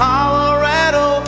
Colorado